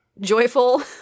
joyful